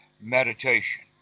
meditation